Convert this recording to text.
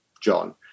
John